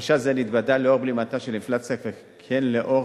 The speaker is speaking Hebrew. חשש זה נתבדה לאור בלימת האינפלציה וכן לאור